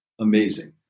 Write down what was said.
amazing